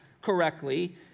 Correctly